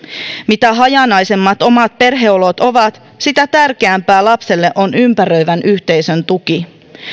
mitä hajanaisemmat omat perheolot ovat sitä tärkeämpää lapselle on ympäröivän yhteisön tuki